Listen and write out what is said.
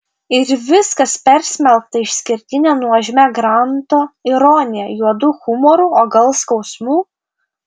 ir viskas persmelkta išskirtine nuožmia granto ironija juodu humoru o gal skausmu